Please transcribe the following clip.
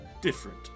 different